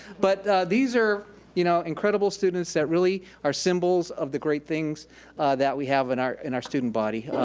but these are you know incredible students that really are symbols of the great things that we have in our in our student body.